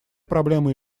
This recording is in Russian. проблемы